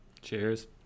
cheers